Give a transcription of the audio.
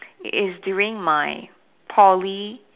is during my Poly